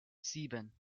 sieben